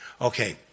Okay